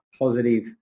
positive